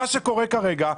מה שקורה כרגע,